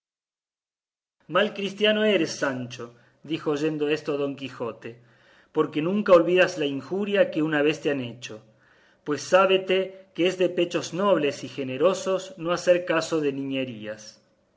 mal cristiano eres sancho dijo oyendo esto don quijote porque nunca olvidas la injuria que una vez te han hecho pues sábete que es de pechos nobles y generosos no hacer caso de niñerías